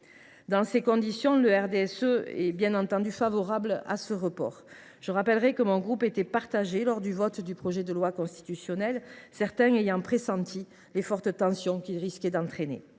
Dans ces conditions, le RDSE est bien entendu favorable à un tel report. Je rappelle d’ailleurs que mon groupe était partagé lors du vote du projet de loi constitutionnelle, certains d’entre nous ayant pressenti les fortes tensions que ce texte risquait de créer.